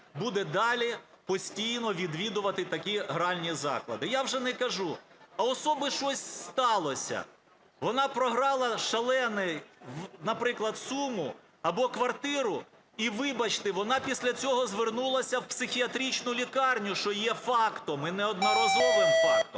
буде далі постійно відвідувати такі гральні заклади. Я вже не кажу, в особи щось сталося, вона програла шалену, наприклад, суму або квартиру, і, вибачте, вона після цього звернулася в психіатричну лікарню, що є фактом, і неодноразовим фактом.